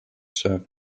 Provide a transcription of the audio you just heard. serve